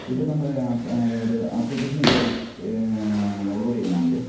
ഇത് നമ്മുടെ ആ ഏത് ആപ്ലിക്കേഷനിൽ കയറി ഡൗൺലോഡ് ചെയ്യുന്നതാണല്ലെ